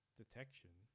detection